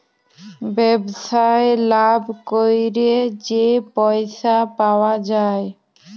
ব্যবসায় লাভ ক্যইরে যে পইসা পাউয়া যায়